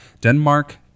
Denmark